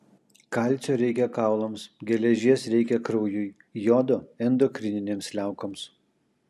kalcio reikia kaulams geležies reikia kraujui jodo endokrininėms liaukoms